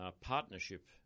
partnership